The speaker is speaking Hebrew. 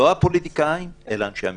לא הפוליטיקאים אלא אנשי המקצוע.